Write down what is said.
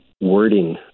wording